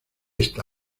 esta